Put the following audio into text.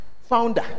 founder